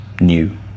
new